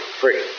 free